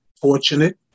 fortunate